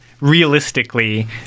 realistically